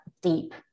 deep